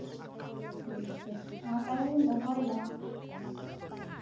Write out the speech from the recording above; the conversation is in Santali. ᱴᱷᱤᱠ ᱜᱮᱭᱟ ᱢᱟ ᱛᱟᱦᱞᱮ ᱞᱤᱧ ᱫᱚᱦᱚᱭᱮᱫᱟ